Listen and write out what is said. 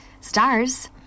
stars